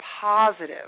positive